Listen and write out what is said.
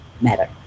matter